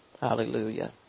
Hallelujah